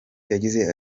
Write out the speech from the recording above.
yagize